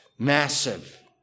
Massive